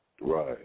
Right